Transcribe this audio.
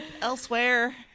Elsewhere